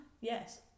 yes